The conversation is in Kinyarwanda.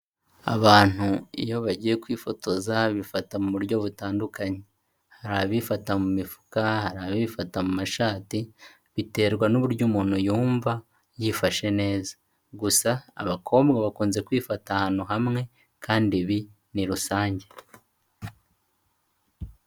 Abantu iyo bagiye kwifotoza, bifata mu buryo butandukanye. Hari abifata mu mifuka, hari abifata mu mashati, biterwa n'uburyo umuntu yumva yifashe neza, gusa abakobwa bakunze kwifata ahantu hamwe kandi ibi ni rusange.